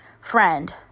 Friend